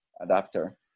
adapter